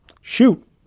shoot